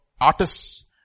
artists